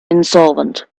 insolvent